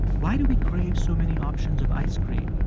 why do we crave so many options of ice cream,